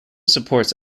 supports